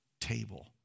table